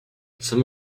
some